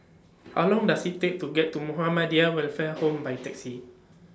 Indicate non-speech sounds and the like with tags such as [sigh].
How Long Does IT Take to get to Muhammadiyah Welfare Home [noise] By Taxi